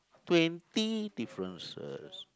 twenty differences